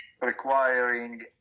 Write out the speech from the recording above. Requiring